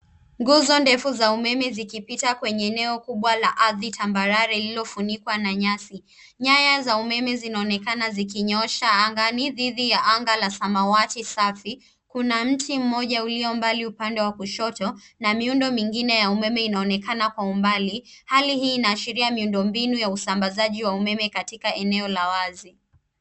Nguzo ndefu za umeme zikipita kwenye eneo kubwa la ardhi tambarare lililofunikwa na nyasi. Nyaya za umeme zinaonekana zikinyoosha angani, dhidi ya anga ya samawati safi, kuna mti mmoja ulio mbali upande wa kushoto, na miundo mingine ya umeme inaonekana kwa umbali. Hali hii inaashiria miundo mbinu ya usambazaji wa umeme katika eneo la wazi.